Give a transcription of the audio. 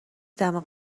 دماغ